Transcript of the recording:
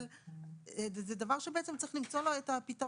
אבל זה דבר שבעצם צריך למצוא לו את הפתרון,